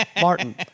Martin